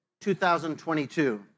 2022